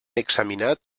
examinat